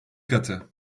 katı